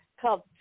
called